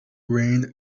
rained